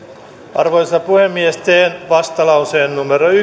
arvoisa puhemies teen vastalauseen